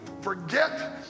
forget